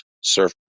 surf